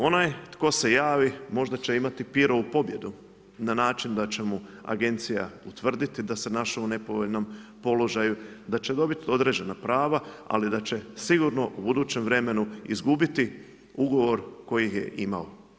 Onaj tko se javi, možda će imati pirovu pobjedu na način, da će mu agencija utvrditi da se našao u nepovoljnom položaju da će dobiti određena prava, ali da će sigurno u budućem vremenu izgubiti ugovor koji je imao.